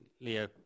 Leo